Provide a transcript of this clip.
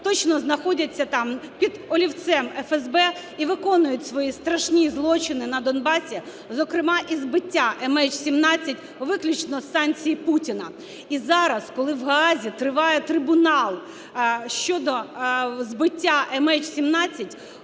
точно знаходяться там під олівцем ФСБ і виконують свої страшні злочини на Донбасі, зокрема і збиття МН17, виключно з санкції Путіна. І зараз, коли в Гаазі триває трибунал щодо збиття МН17,